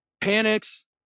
panics